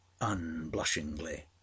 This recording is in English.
unblushingly